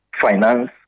Finance